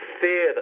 fear